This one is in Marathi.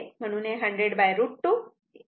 म्हणून 100√ 2 70